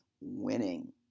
winning